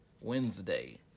Wednesday